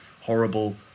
horrible